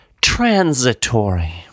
transitory